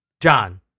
John